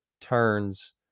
turns